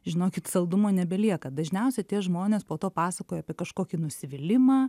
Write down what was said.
žinokit saldumo nebelieka dažniausiai tie žmonės po to pasakoja apie kažkokį nusivylimą